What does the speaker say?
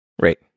right